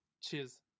cheers